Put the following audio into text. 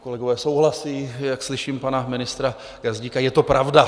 Kolegové souhlasí jak slyším pana ministra, jak vznikají je to pravda.